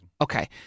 Okay